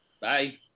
Bye